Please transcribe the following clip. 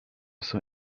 saw